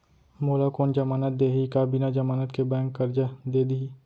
मोला कोन जमानत देहि का बिना जमानत के बैंक करजा दे दिही?